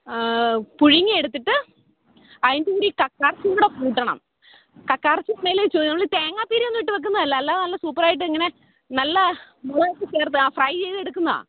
പുഴുങ്ങിയെടുത്തിട്ട് അതിൻ്റെ കൂടെ കക്കയിറച്ചി കൂടെ കൂട്ടണം കക്കയിറച്ചി ആണെങ്കിൽ നമ്മൾ തേങ്ങാപ്പീരയൊന്നും ഇട്ട് വെക്കുന്നതല്ല അല്ലാതെ നല്ല സൂപ്പറായിട്ടിങ്ങനെ നല്ല മുളകൊക്കെ ചേർത്ത് ഫ്രൈ ചെയ്തെടുക്കുന്നതാണ്